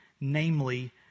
namely